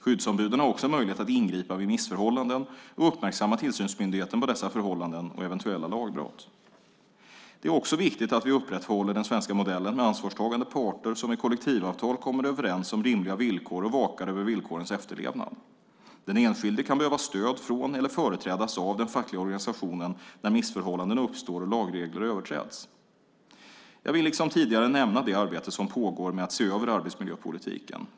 Skyddsombuden har också möjlighet att ingripa vid missförhållanden och uppmärksamma tillsynsmyndigheten på dessa förhållanden och eventuella lagbrott. Det är också viktigt att vi upprätthåller den svenska modellen med ansvarstagande parter som i kollektivavtal kommer överens om rimliga villkor och vakar över villkorens efterlevnad. Den enskilde kan behöva stöd från eller företrädas av den fackliga organisationen när missförhållanden uppstår och lagregler överträds. Jag vill liksom tidigare nämna det arbete som pågår med att se över arbetsmiljöpolitiken.